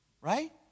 right